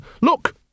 Look